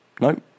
Nope